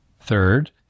Third